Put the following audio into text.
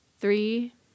three